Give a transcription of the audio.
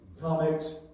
comics